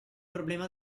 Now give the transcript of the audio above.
problema